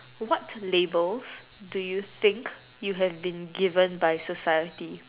what labels do you think you have been given by society